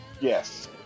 Yes